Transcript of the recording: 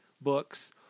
books